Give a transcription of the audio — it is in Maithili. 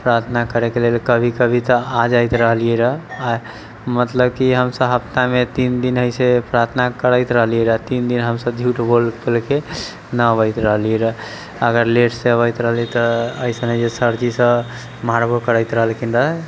प्रार्थना करैके लेल कभी कभी तऽ आ जाइत रहलियै रह मतलब कि हम सभ हफ्तामे तीन दिन जइसे प्रार्थना करैत रहलियै रह तीन दिन हम सभ झूठ बोल बोलके नहि अबैत हलियै रह अगर लेट से अबैत रहलियै तऽ अइसन है जे सर जी सभ मारबो करैत रहलखिन रह